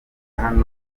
ahandi